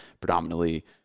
predominantly